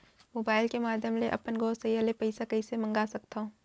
Mobile के माधयम ले अपन गोसैय्या ले पइसा कइसे मंगा सकथव?